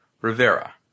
Rivera